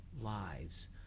lives